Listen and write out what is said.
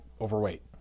overweight